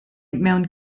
mewn